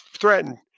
threatened